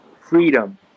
freedom